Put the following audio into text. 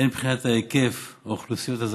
הן מבחינת היקף האוכלוסיות הזכאיות,